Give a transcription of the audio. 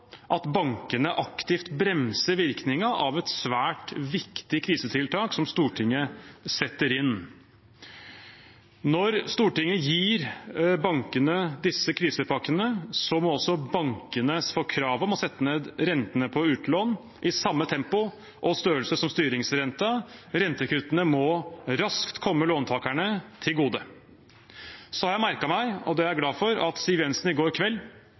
at bankene aktivt bremser virkningen av et svært viktig krisetiltak som Stortinget setter inn. Når Stortinget gir bankene disse krisepakkene, må også bankene få krav om å sette ned renten på utlån i samme tempo og størrelse som styringsrenten. Rentekuttene må raskt komme låntakerne til gode. Jeg har merket meg – og det er jeg glad for – at Siv Jensen i går kveld